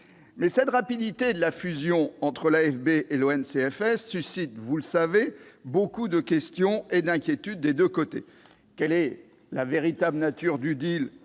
cette rapidité de la fusion entre l'AFB et l'ONCFS suscite, vous le savez, beaucoup de questions et d'inquiétudes des deux côtés. « Quelle est la véritable nature du entre